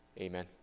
Amen